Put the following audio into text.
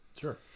Sure